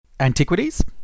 Antiquities